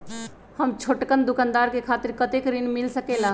हम छोटकन दुकानदार के खातीर कतेक ऋण मिल सकेला?